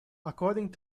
according